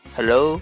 Hello